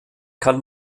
kann